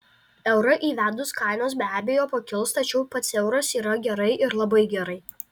eurą įvedus kainos be abejo pakils tačiau pats euras yra gerai ir labai gerai